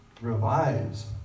revives